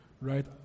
Right